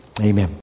Amen